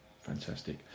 fantastic